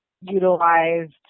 utilized